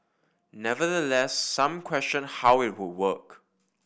nevertheless some questioned how it would work